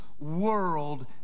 world